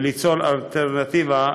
וליצור אלטרנטיבה,